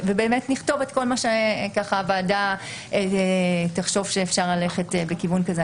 ונכתוב את כל מה שהוועדה תחשוב שאפשר ללכת בכיוון כזה.